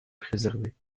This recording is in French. préservés